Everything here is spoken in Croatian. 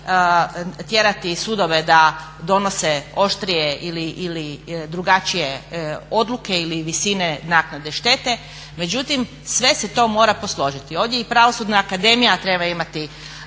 tjerati sudove da donose oštrije ili drugačije odluke ili visine naknade štete, međutim sve se to mora posložiti. Ovdje je i Pravosudna akademija treba imati